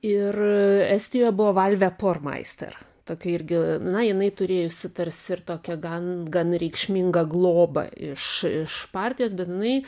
ir a estijoje buvo valdė pormaister tokia irgi na jinai turėjusi tarsi ir tokią gan gan reikšmingą globą iš iš partijos bet jinai